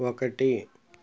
ఒకటి